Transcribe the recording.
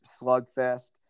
slugfest